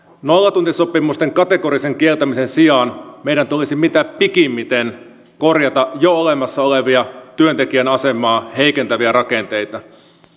nollatuntisopimusten kategorisen kieltämisen sijaan meidän tulisi mitä pikimmiten korjata jo olemassa olevia työntekijän asemaa heikentäviä rakenteita